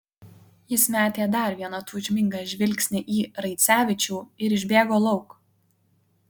jis metė dar vieną tūžmingą žvilgsnį į raicevičių ir išbėgo lauk